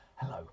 Hello